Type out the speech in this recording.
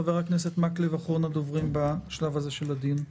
חבר הכנסת מקלב, אחרון הדוברים בשלב הזה של הדיון.